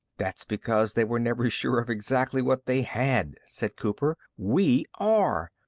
that's because they were never sure of exactly what they had, said cooper. we are.